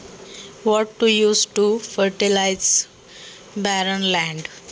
नापीक जमीन सुपीक करण्यासाठी काय उपयोग करावे?